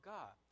God